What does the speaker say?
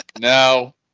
No